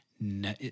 no